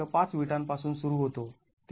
५ विटां पासून सुरु होतो ३